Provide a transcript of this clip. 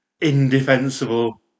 indefensible